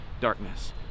darkness